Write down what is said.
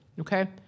okay